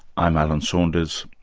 i'm alan saunders,